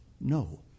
No